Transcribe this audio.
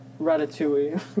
Ratatouille